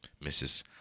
Mrs